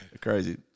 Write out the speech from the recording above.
Crazy